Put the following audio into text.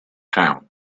town